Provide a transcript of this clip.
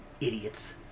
idiots